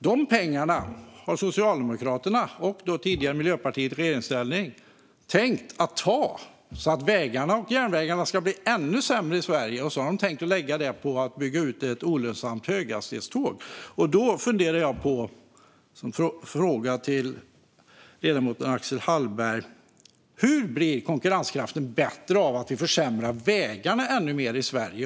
De pengarna har Socialdemokraterna och Miljöpartiet, som tidigare var i regeringsställning, tänkt ta så att vägarna och järnvägarna ska bli ännu sämre i Sverige. De har tänkt lägga dem på att bygga ut ett olönsamt höghastighetståg. Jag vill fråga ledamoten Axel Hallberg: Hur blir konkurrenskraften bättre av att vi försämrar vägarna ännu mer i Sverige?